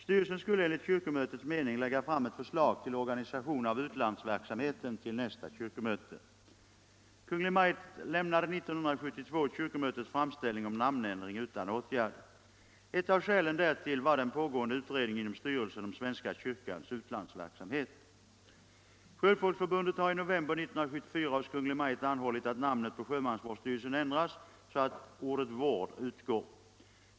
Styrelsen skulle enligt kyrkomötets mening lägga fram ett förslag till or Om ändrat namn ganisation av utlandsverksamheten till nästa kyrkomöte. Kungl. Maj:t — på svenska kyrkans lämnade 1972 kyrkomötets framställning om namnändring utan åtgärd. — sjömansvårdsstyrel Ett av skälen därtill var den pågående utredningen inom styrelsen om se svenska kyrkans utlandsverksamhet. Sjöfolksförbundet har i november 1974 hos Kungl. Maj:t anhållit att namnet på sjömansvårdsstyrelsen ändras så att ordet vård utgår.